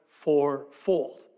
fourfold